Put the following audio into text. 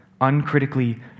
uncritically